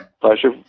Pleasure